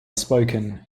spoken